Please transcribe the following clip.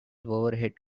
overhead